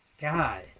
God